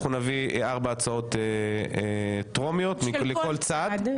אנחנו נביא ארבע הצעות טרומיות לכל צד,